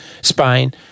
Spain